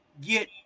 get